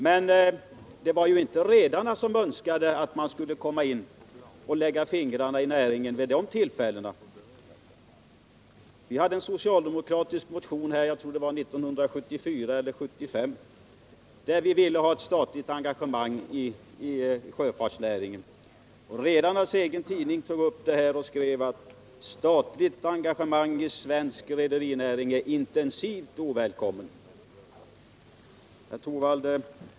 Men vid de tillfällena önskade inte redarna att man skulle komma in och lägga fingrarna i näringen. I en socialdemokratisk motion här i riksdagen 1974 eller 1975 föreslogs ett statligt engagemang i sjöfartsnäringen. Redarnas egen tidning tog upp det och skrev: Statligt engagemang i svensk rederinäring är intensivt ovälkommet.